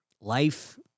life